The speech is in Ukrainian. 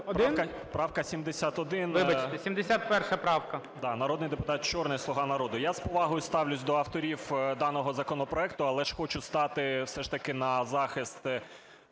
правка. ЧОРНИЙ Д.С. Да, народний депутат Чорний, "Слуга народу". Я з повагою ставлюсь до авторів даного законопроекту, але ж хочу стати все ж таки на захист